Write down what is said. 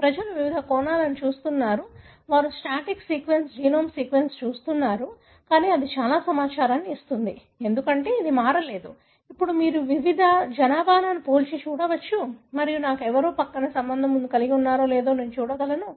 ప్రజలు వివిధ కోణాలను చూస్తున్నారు వారు స్టాటిక్ సీక్వెన్స్ జీనోమ్ సీక్వెన్స్ చూస్తున్నారు కానీ అది చాలా సమాచారాన్ని ఇస్తుంది ఎందుకంటే ఇది మారలేదు ఇప్పుడు మీరు వివిధ జనాభాను పోల్చి చూడవచ్చు మరియు నాకు ఎవరు ఎక్కువ సంబంధం కలిగి ఉన్నారో లేదా నేను చూడగలను